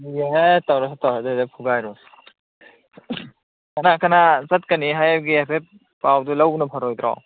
ꯑꯦ ꯇꯧꯔꯁꯤ ꯇꯧꯔꯁꯤ ꯍꯦꯛꯇ ꯐꯨꯒꯥꯏꯔꯨꯔꯁꯤ ꯀꯅꯥ ꯀꯅꯥ ꯆꯠꯀꯅꯤ ꯍꯥꯏꯒꯦ ꯍꯥꯏꯐꯦꯠ ꯄꯥꯎꯗꯨ ꯂꯧꯕꯅ ꯐꯔꯣꯏꯗ꯭ꯔꯣ